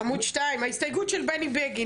ההסתייגות של בני בגין,